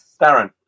darren